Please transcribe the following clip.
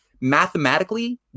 mathematically